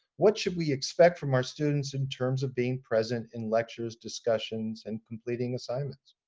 what should we expect from our students in terms of being present in lectures, discussions, and completing assignments?